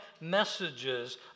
messages